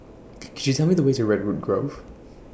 Could YOU Tell Me The Way to Redwood Grove